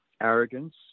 arrogance